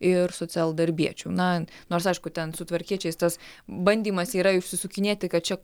ir socialdarbiečių na nors aišku ten su tvarkiečiais tas bandymas yra išsisukinėti kad čia